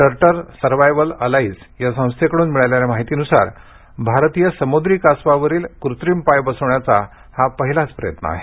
turtle survival alliance या संस्थेकडून मिळालेल्या माहितीनुसार भारतीय समुद्री कासवावरील कृत्रिम पाय बसवण्याचा हा पहिलाच प्रयत्न आहे